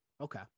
Okay